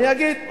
אני אגיד.